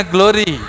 Glory